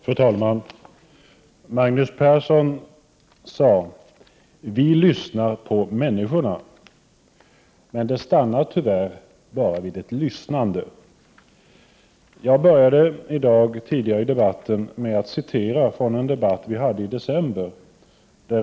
Fru talman! Magnus Persson sade: Vi lyssnar på människorna. Det stannar tyvärr bara vid ett lyssnande. Jag började i dag med att citera från en debatt som vi hade den 7 december förra året.